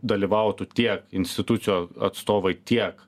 dalyvautų tiek institucijų atstovai tiek